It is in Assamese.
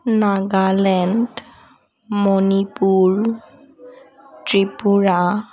নাগালেণ্ড মণিপুৰ ত্ৰিপুৰা